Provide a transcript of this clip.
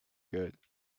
good